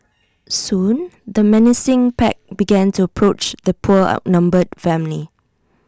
soon the menacing pack began to approach the poor outnumbered family